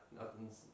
nothing's